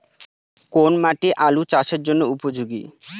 কোন মাটি আলু চাষের জন্যে উপযোগী?